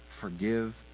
forgive